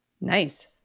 Nice